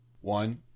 One